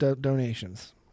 donations